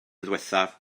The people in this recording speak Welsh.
ddiwethaf